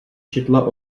četla